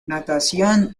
natación